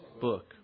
book